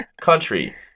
country